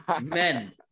men